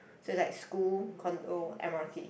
so is like school condo m_r_t